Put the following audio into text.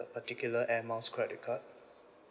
uh particular air miles credit card